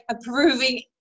approving